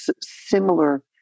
similar